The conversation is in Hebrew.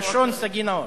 בלשון סגי נהור.